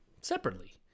separately